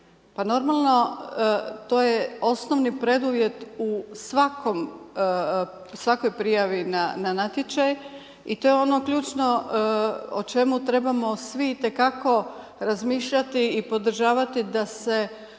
normalno, to je osnovni preduvjet u svakoj prijavi na natječaj i to je ono ključno o čemu trebamo svi itekako razmišljati i podržavati da se